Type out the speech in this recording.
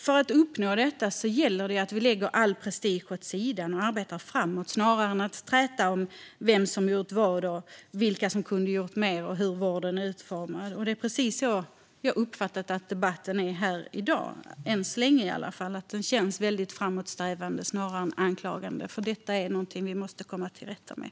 För att uppnå detta gäller det att lägga all prestige åt sidan och arbeta framåt snarare än att träta om vem som gjort vad, vilka som kunde gjort mer och hur vården är utformad. Det är precis så jag har uppfattat att debatten är här i dag. Än så länge känns den väldigt framåtsträvande snarare än anklagande. Detta är någonting som vi alla måste komma till rätta med.